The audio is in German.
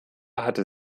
hatte